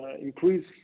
increase